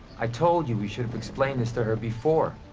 i told you we should've explained this to her before.